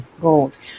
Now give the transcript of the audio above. Gold